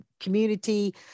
community